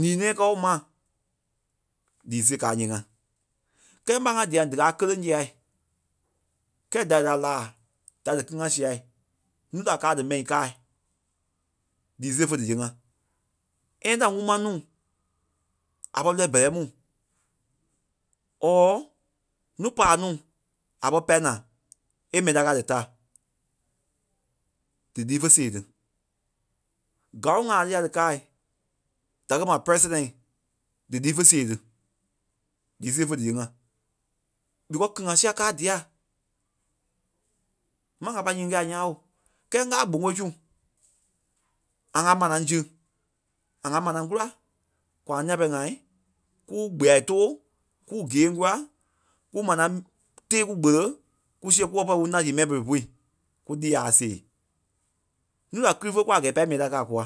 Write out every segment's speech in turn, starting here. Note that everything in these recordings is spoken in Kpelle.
ǹii nɛ̃ɛ kɛ́ ɓo ḿa lii sêe káa ńyee ŋá. Kɛlɛ, ɓarâa ŋai diaŋ díkaa kéleŋ siai kɛ́ɛ da lì da làa da dí kíli ŋá sîai núu da káa dí mɛi káai lii sêe fé díyee ŋá. Any time ŋúma nuu a pɔ̂ri lɔ́i bɛ́rɛi mu Ɔ̂ɔ, núu paa núu a pɔ̂ri pâi na é mɛi tá kɛ́ a dí tâ dí líi fé sêe tí. Gâloŋ ŋai tí ya dí kaái, da kɛ́ ma president dí líi fé sêe tí. Lii sêe fé díyee ŋá ɓikɔ kili ŋa sîa káa dîa maŋ a pâi nyiŋi kɛ̂i a ńyãao kɛ́ɛ ŋ́gaa gboŋoi su ŋa ŋá manaŋ sí ŋa ŋá manaŋ kúla kwa ŋá nîa pɛlɛɛ ŋai kúu gbìai tóo kúu geêŋ kúla kúu manaŋ tée kú gbele kú see kú kɛ́ pɛlɛ kú ńâŋ sĩi mɛi pere pûi, kú líi aâ sèe. Núu da kíli fé kûa a gɛ́ɛ é pá é mɛi tá kɛ́ a kúa.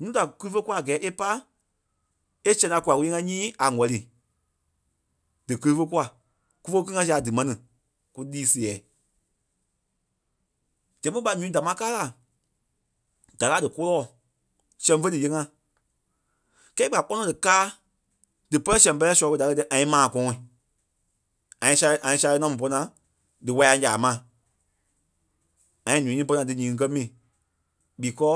Núu da kíli fé kûa a gɛ́ɛ é pá é sɛŋ tá kula kúyee ŋá nyíi a ŋ̀wɛlii dí kíli fé kûa kúfe kú kíli ŋá siai a dí maa mɛni kú líi sèɛɛi. Zɛŋ ɓé ɓa ǹúui dámaa kâa la da kɛ a dí kôloɔ sɛŋ fé díyee ŋá kɛ́ɛ í gbà kpɔ́nɔ díkaa dí pɛlɛ sɛŋ pɛlɛɛ sɔlɔ ɓôi, da kɛ́ dîɛ ŋa liî maa kɔ̃ɔi ŋa liî sále- ŋa liî sále namu pɔ́naa dí ŋwɛ̃yɛŋ saa ma. ŋa liî ǹúui nyíŋi pɔ́naa dí nyiŋi kɛ́ mí, ɓikɔ